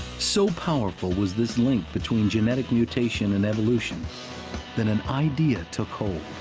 so powerful was this link between genetic mutation and evolution that an idea took hold